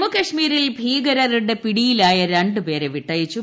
ജമ്മുകാശ്മീരിൽ ഭീകരരുടെ പിടിയിലായ ര ുപേരെ വിട്ടയച്ചു